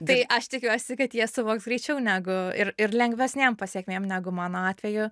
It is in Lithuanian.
tai aš tikiuosi kad jie suvoks greičiau negu ir ir lengvesnėm pasekmėm negu mano atveju